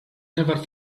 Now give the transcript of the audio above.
never